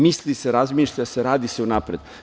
Misli se, razmišlja se, radi se unapred.